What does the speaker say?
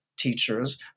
teachers